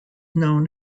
known